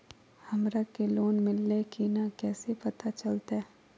हमरा के लोन मिल्ले की न कैसे पता चलते?